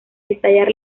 estallar